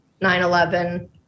9-11